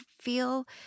feel